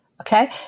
Okay